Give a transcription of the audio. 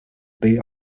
bay